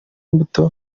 mbuto